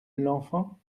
l’enfant